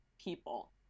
people